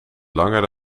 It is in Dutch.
langer